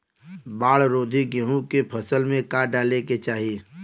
बाढ़ रोधी गेहूँ के फसल में का डाले के चाही?